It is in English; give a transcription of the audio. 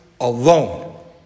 alone